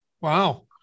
Wow